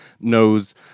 knows